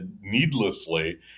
needlessly